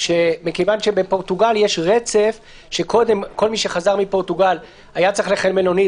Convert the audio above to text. שקודם בפורטוגל כל מי שחזר ממנה היה צריך ללכת למלונית,